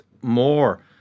more